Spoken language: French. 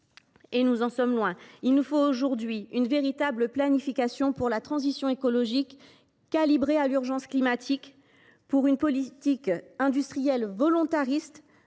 nous sommes loin ! Il nous faut aujourd’hui une véritable planification pour la transition écologique calibrée sur l’urgence climatique ; pour une politique industrielle volontariste,